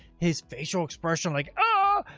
his facial expression, like, oh!